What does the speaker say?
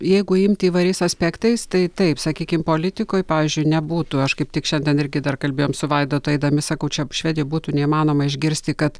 jeigu imti įvairiais aspektais tai taip sakykim politikoj pavyzdžiui nebūtų aš kaip tik šiandien irgi dar kalbėjom su vaidu tai eidami sakau čia švedijoj būtų neįmanoma išgirsti kad